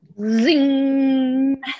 Zing